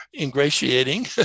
ingratiating